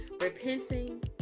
repenting